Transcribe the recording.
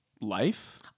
life